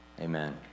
Amen